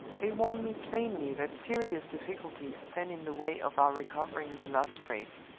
they warn me plainly that serious difficulties stand in the way of our recovering the lost trace.